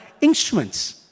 Instruments